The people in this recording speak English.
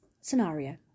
Scenario